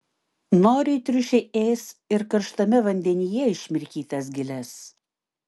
noriai triušiai ės ir karštame vandenyje išmirkytas giles